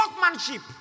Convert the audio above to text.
workmanship